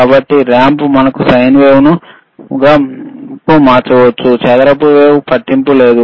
కాబట్టి రాంప్ ని మీరు సైన్ వేవ్కు మార్చవచ్చు చదరపు వేవ్ కు మార్చవచ్చు పట్టింపు లేదు